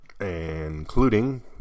including